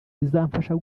rizamfasha